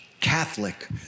Catholic